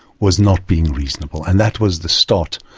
was not being reasonable. and that was the start.